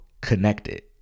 connected